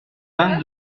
vingt